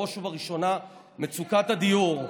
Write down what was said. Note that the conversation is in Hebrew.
בראש ובראשונה מצוקת הדיור.